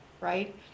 right